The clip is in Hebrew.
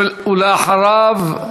אחריו,